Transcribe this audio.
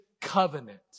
covenant